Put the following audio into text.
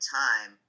time